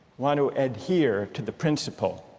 want to adhere to the principle,